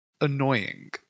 annoying